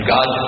God